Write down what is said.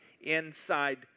inside